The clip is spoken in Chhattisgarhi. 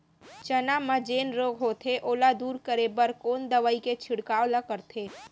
चना म जेन रोग होथे ओला दूर करे बर कोन दवई के छिड़काव ल करथे?